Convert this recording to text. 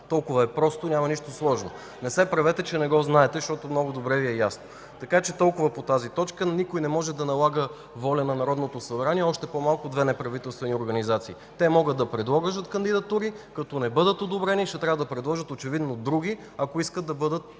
Толкова е просто, няма нищо сложно. (Шум и реплики от БСП ЛБ.) Не се правете, че не го знаете, защото много добре Ви е ясно. Толкова по тази точка. Никой не може да налага волята си над Народното събрание, още по-малко две неправителствени организации. Те могат да предложат кандидатури, но като не бъдат одобрени, ще трябва да предложат очевидно други, ако искат да имат